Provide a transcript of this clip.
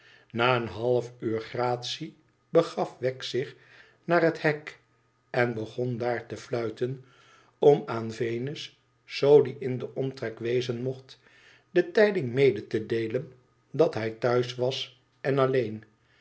na een halfuur gratie begaf wegg zich naar het hek en begon daar te fluiten om aan venus zoo die in den omtrek wezen mocht de tijding mede te deelen dat hij thuis was en alleen